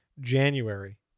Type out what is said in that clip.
January